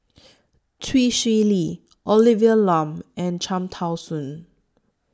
Chee Swee Lee Olivia Lum and Cham Tao Soon